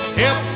help